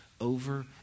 over